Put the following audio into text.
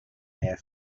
their